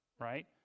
right